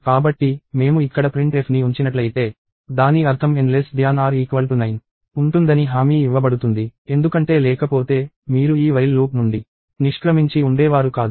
కాబట్టి మేము ఇక్కడ printf ని ఉంచినట్లయితే దాని అర్థం N9 ఉంటుందని హామీ ఇవ్వబడుతుంది ఎందుకంటే లేకపోతే మీరు ఈ while లూప్ నుండి నిష్క్రమించి ఉండేవారు కాదు